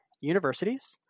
universities